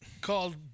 called